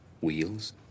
Wheels